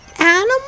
Animals